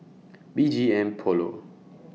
B G M Polo